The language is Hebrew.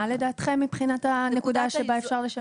לדעתכם מבחינה הנקודה שבה אפשר לשלב?